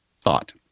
thought